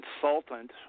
consultant